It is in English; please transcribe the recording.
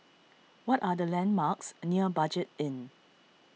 what are the landmarks near Budget Inn